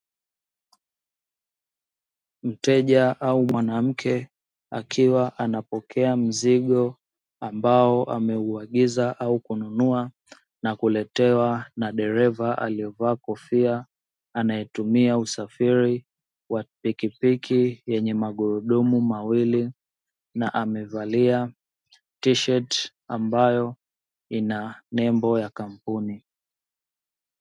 Mteja au mwanamke akiwa anapokea mzigo ambao ameuagiza au kununua na kuletewa na dereva aliyevaa kofia, anayetumia usafiri wa pikpiki yenye magurudumu mawili na amevalia tisheti ambayo ina nembo ya kampuni.